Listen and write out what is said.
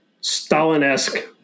Stalin-esque